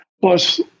plus